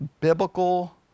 biblical